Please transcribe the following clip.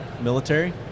military